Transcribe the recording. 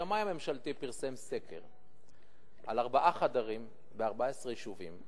השמאי הממשלתי פרסם סקר על דירות ארבעה חדרים ב-14 יישובים,